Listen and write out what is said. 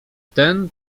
ten